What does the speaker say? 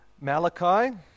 Malachi